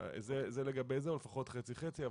או לפחות חצי-חצי.